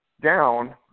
down